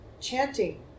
chanting